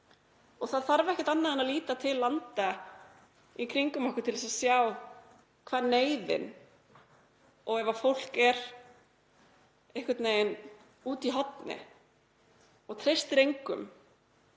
Það þarf ekkert annað en að líta til landa í kringum okkur til að sjá hver neyðin er ef fólk er einhvern veginn úti í horni og treystir engum